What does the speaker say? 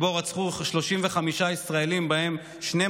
שבו רצחו 35 ישראלים, בהם 12